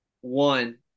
one